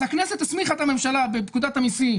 אז הכנסת הסמיכה את הממשלה בפקודת המיסים